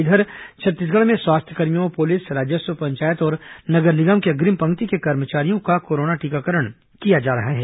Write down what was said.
इधर छत्तीसगढ़ में स्वास्थ्यकर्मियों पुलिस राजस्व पंचायत और नगर निगम के अग्रिम पंक्ति के कर्मचारियों का कोरोना टीकाकरण किया जा रहा है